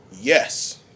yes